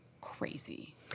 crazy